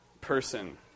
person